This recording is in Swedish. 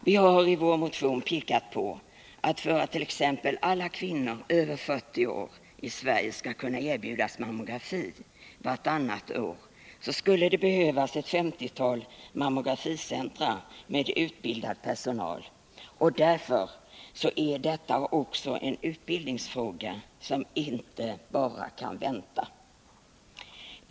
Vi har i vår motion pekat på att det för att t.ex. alla kvinnor i Sverige över 40 år skulle kunna erbjudas mammografi vartannat år skulle behövas ett 50-tal mammograficentra med utbildad personal. Därför är detta också en utbildningsfråga som inte bara kan vänta.